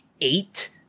eight